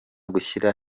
gushyira